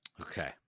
Okay